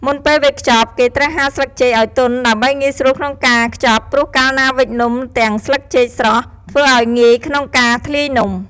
មុនពេលវេចខ្ចប់ គេត្រូវហាលស្លឹកចេកឱ្យទន់ដើម្បីងាយស្រួលក្នុងការខ្ចប់ព្រោះកាលណាវេចនំទាំងស្លឹកចេកស្រស់ធ្វើឱ្យងាយក្នុងការធ្លាយនំ។